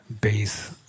base